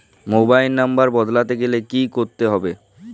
Mobile নম্বর বদলাতে গেলে কি করতে হবে?